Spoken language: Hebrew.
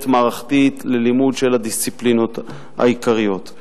מערכתית ללימוד של הדיסציפלינות העיקריות.